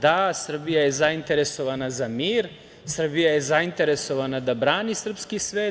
Da, Srbija je zainteresovana za mir, Srbija je zainteresovana da brani srpski svet.